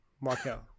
Markel